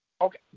Okay